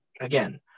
again